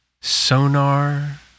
Sonar